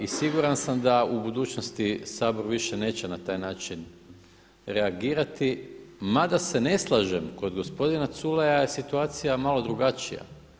I siguran sam da u budućnosti Sabor više neće na taj način reagirati, mada se ne slažem kod gospodina Culeja je situacija malo drugačija.